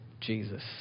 Jesus